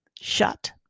shut